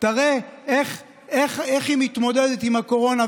תראה איך היא מתמודדת עם הקורונה,